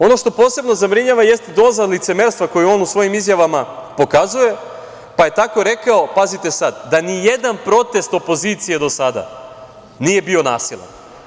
Ono što posebno zabrinjava jeste doza licemerstva koju on u svojim izjavama pokazuje, pa je tako rekao da ni jedan protest opozicije do sada nije bio nasilan.